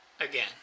again